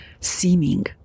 seeming